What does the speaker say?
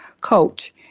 coach